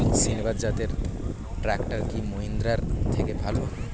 সিণবাদ জাতের ট্রাকটার কি মহিন্দ্রার থেকে ভালো?